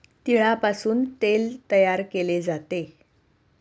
तिळापासून तेल तयार केले जाते